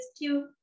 two